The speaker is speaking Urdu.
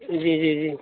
جی جی جی